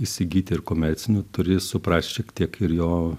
įsigyti ir komercinių turi suprast šiek tiek ir jo